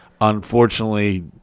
unfortunately